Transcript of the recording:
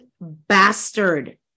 bastard